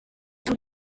tous